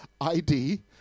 ID